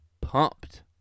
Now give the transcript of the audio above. pumped